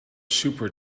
super